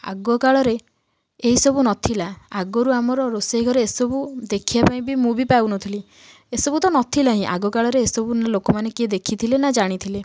ଆଗକାଳରେ ଏହି ସବୁ ନଥିଲା ଆଗରୁ ଆମର ରୋଷେଇ ଘରେ ଏସବୁ ଦେଖିବା ପାଇଁ ମୁଁ ବି ପାଉନଥିଲି ଏସବୁ ତ ନଥିଲା ହିଁ ଆଗକାଳରେ ଏସବୁ ଲୋକମାନେ କିଏ ଦେଖିଥିଲେ ନା ଜାଣିଥିଲେ